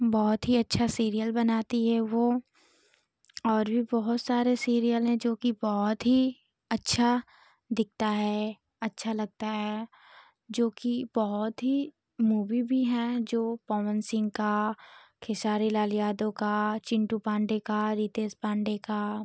बहुत ही अच्छा सीरियल बनाती है और वो और भी बहुत सारे सीरियल हैं जो कि बहुत ही अच्छा दिखता है अच्छा लगता है जो कि बहुत ही मूवी भी हैं जो पवन सिंह का खेसारी लाल यादव का चिंटू पांडे का रितेश पांडे का